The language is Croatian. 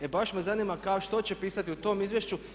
E baš me zanima što će pisati u tom izvješću?